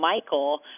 Michael